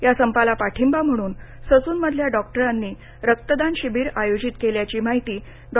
या संपाला पाठींबा म्हणून ससूनमधल्या डॉक्टरांनी रक्तदान शिबीर आयोजित केल्याची माहिती डॉ